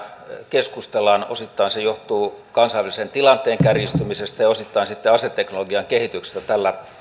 keskustellaan osittain se johtuu kansainvälisen tilanteen kärjistymisestä ja osittain sitten aseteknologian kehityksestä tällä